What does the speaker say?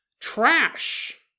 trash